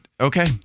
Okay